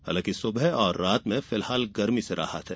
हालाकिं सुबह और रात में फिलहाल गर्मी से राहत है